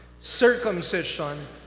circumcision